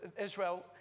Israel